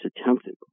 attempted